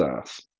ass